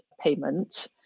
payment